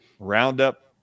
Roundup